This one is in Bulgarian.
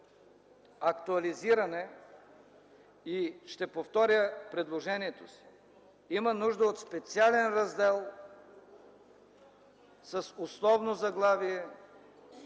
актуализиране и ще повторя предложението си – има нужда от специален раздел с условно заглавие